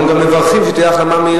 אנחנו גם מברכים שתהיה החלמה,